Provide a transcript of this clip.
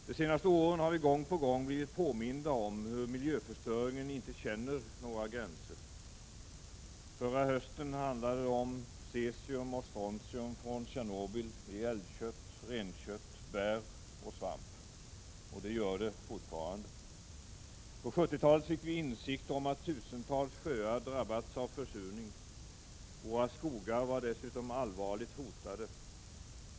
De senaste åren har vi gång på gång blivit påminda om hur miljöförstöringen inte känner några gränser. Förra hösten handlade det om cesium och strontium från Tjernobyl i älgkött, renkött, bär och svamp, och det gör det fortfarande. På 70-talet fick vi insikt om att tusentals sjöar drabbats av försurning. Våra skogar var dessutom allvarligt hotade.